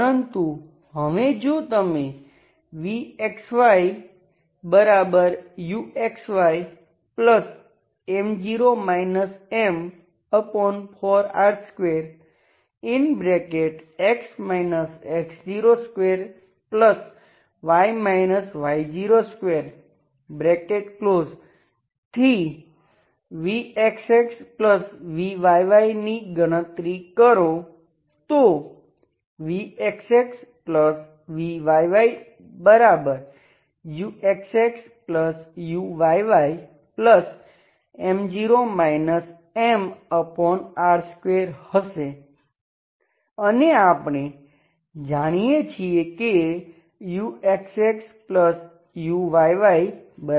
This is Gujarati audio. પરંતુ હવે જો તમે vxyuxyM0 M4R2x x02y y02 થી vxxvyy ની ગણતરી કરો તો vxxvyyuxxuyyM0 MR2 હશે અને આપણે જાણીએ છીએ કે uxxuyy0 છે